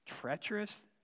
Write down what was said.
treacherous